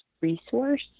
resource